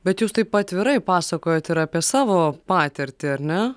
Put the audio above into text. bet jūs taip atvirai pasakojat apie savo patirtį ar ne